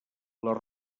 les